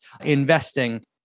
investing